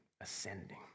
ascending